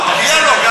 לא, מגיע לו.